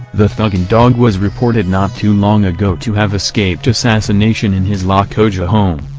the thug and dog was reported not too long ago to have escaped assassination in his lokoja home.